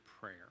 prayer